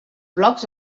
blocs